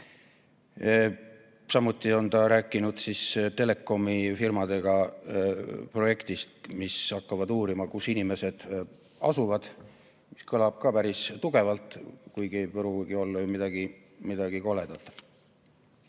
Samuti on ta rääkinud Telekomi firmadega projektist, mille käigus hakatakse uurima, kus inimesed asuvad. See kõlab ka päris tugevalt, kuigi ei pruugi ju olla midagi koledat.